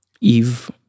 Eve